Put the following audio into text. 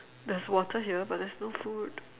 there's water here but there's no food